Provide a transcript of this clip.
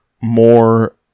more